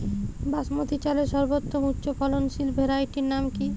বাসমতী চালের সর্বোত্তম উচ্চ ফলনশীল ভ্যারাইটির নাম কি?